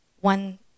one